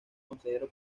consejero